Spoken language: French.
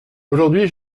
aujourd’hui